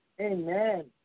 Amen